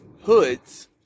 hoods